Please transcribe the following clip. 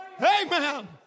Amen